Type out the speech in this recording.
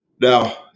Now